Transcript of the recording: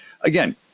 Again